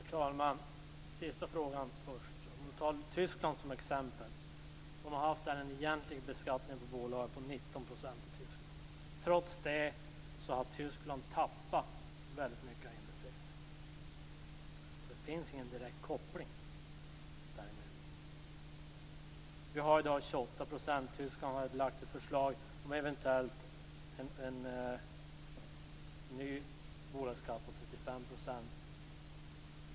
Herr talman! Sista frågan först. Jag tar Tyskland som exempel som har haft en egentlig beskattning på bolag på 19 %. Trots det har Tyskland tappat väldigt mycket av investeringar. Så det finns ingen direkt koppling däremellan. Vi har i dag 28 %. I Tyskland har man lagt fram ett förslag om en eventuell ny bolagsskatt på 35 %.